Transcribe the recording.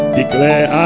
declare